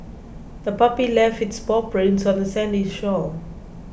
the puppy left its paw prints on the sandy shore